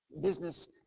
business